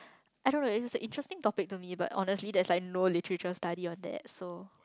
I don't really but it's a interesting topic to me but honestly there's like no literature study on that so